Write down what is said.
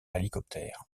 hélicoptère